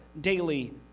daily